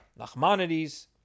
Nachmanides